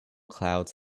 clouds